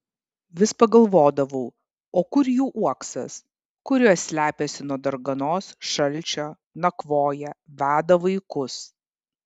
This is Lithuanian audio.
vis pagalvodavau o kur jų uoksas kur jos slepiasi nuo darganos šalčio nakvoja veda vaikus